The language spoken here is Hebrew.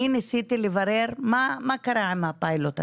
אני ניסיתי לברר מה קרה עם הפיילוט הזה,